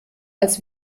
als